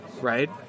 right